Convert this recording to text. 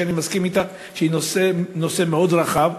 שאני מסכים אתך שהיא נושא מאוד רחב.